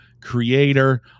creator